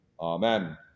Amen